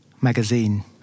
Magazine